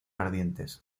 ardientes